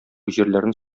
җирләрне